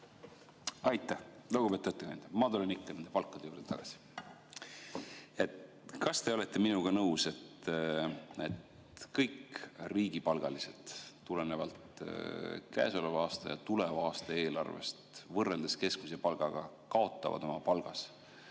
Aitäh! Lugupeetud ettekandja! Ma tulen ikka nende palkade juurde tagasi. Kas te olete minuga nõus, et kõik riigipalgalised tulenevalt käesoleva aasta ja tuleva aasta eelarvest, võrreldes keskmise palgaga, kaotavad oma palgas?